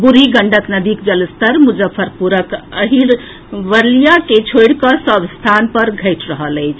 बूढ़ी गंडक नदीक जलस्तर मुजफ्फरपुरक अहिरवलिया के छोड़िकऽ सभ स्थान पर घटि रहल अछि